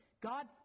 God